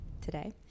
today